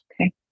Okay